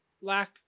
Lack